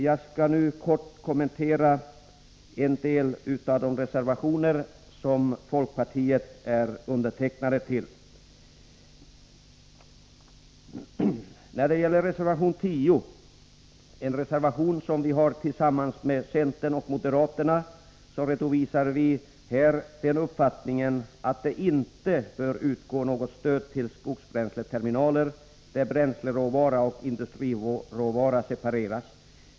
Jag skall nu kort kommentera en del av de reservationer som folkpartiet har avgivit. I reservation 10, som är gemensam för folkpartiet, centern och moderaterna, redovisar vi den uppfattningen att det inte bör utgå något stöd till skogsbränsleterminaler där bränsleråvara och industriråvara separeras.